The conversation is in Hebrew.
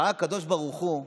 ראה הקדוש ברוך הוא,